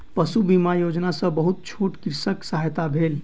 पशु बीमा योजना सॅ बहुत छोट कृषकक सहायता भेल